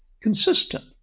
consistent